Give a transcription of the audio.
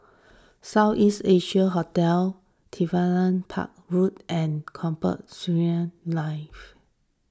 South East Asia Hotel Aviation Park Road and Combat Skirmish Live